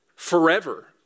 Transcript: forever